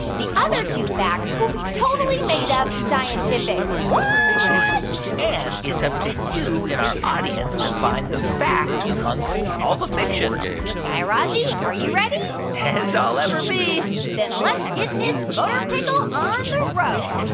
the other two facts will be totally made up scientific what and it's up to you in our audience to find the fact amongst all the fiction guy razzie, are you ready? as i'll ever be then let's get this motorpickle on the road.